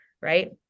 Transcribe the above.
right